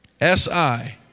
S-I